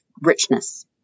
richness